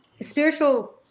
spiritual